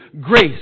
grace